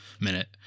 Minute